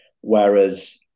whereas